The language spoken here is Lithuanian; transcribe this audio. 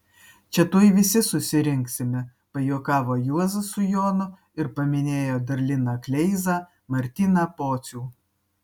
čia tuoj visi susirinksime pajuokavo juozas su jonu ir paminėjo dar liną kleizą martyną pocių